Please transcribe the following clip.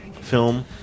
film